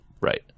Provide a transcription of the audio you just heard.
Right